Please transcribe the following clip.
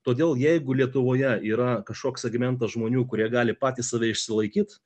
todėl jeigu lietuvoje yra kažkoks segmentas žmonių kurie gali patys save išsilaikyt